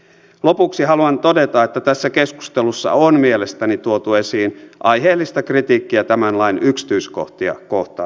lopuksi haluan todeta että tässä keskustelussa on mielestäni tuotu esiin aiheellista kritiikkiä tämän lain yksityiskohtia kohtaan